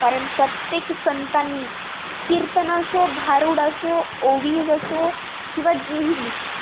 कारण प्रत्येक संतांनी कीर्तन असो भारुड असो ओविज असो किंवा जे ही गृ